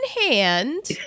hand